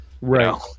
right